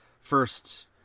first